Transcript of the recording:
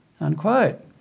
unquote